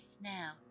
now